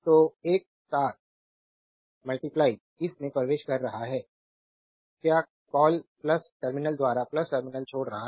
तो एक इस में प्रवेश कर रहा है क्या कॉल टर्मिनल दूसरा टर्मिनल छोड़ रहा है